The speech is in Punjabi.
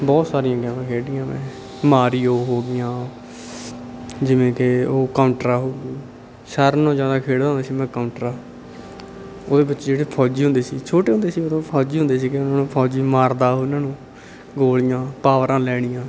ਬਹੁਤ ਸਾਰੀਆਂ ਗੇਮਾਂ ਖੇਡੀਆਂ ਮੈਂ ਮਾਰੀਓ ਹੋ ਗਈਆਂ ਜਿਵੇਂ ਕਿ ਉਹ ਕਾਊਂਟਰਾ ਹੋ ਗਈ ਸਾਰਿਆਂ ਨਾਲੋਂ ਜ਼ਿਆਦਾ ਖੇਡਦਾ ਹੁੰਦਾ ਸੀ ਮੈਂ ਕਾਊਂਟਰਾ ਉਹਦੇ ਵਿੱਚ ਜਿਹੜੇ ਫੋਜੀ ਹੁੰਦੇ ਸੀ ਛੋਟੇ ਹੁੰਦੇ ਸੀ ਉਦੋਂ ਫੋਜੀ ਹੁੰਦੇ ਸੀਗੇ ਉਹਨਾਂ ਨੂੰ ਫੋਜੀ ਮਾਰਦਾ ਉਨ੍ਹਾਂ ਨੂੰ ਗੋਲੀਆਂ ਪਾਵਰਾਂ ਲੈਣੀਆਂ